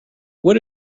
what